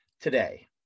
today